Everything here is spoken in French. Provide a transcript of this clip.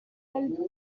sel